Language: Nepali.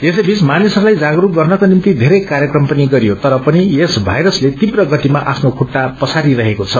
यस बीच मानिसहस्लाई जागस्क गर्नको निभ्ति धेरै कार्यक्रम पनि गरियो तर पनि यस भाइरसको तीव्र गतिमा आफ्नो खुट्टा पसारिरहेको छ